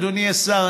אדוני השר,